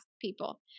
people